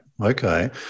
Okay